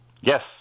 Yes